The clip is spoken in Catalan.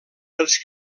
els